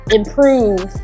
improve